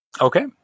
Okay